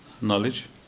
knowledge